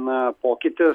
na pokytis